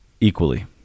equally